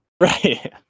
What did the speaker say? Right